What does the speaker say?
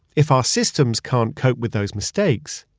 if our systems can't cope with those mistakes,